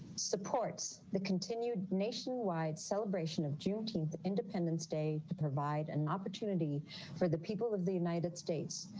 supports the continued nationwide celebration of juneteenth independence day to provide an opportunity for the people of the united states.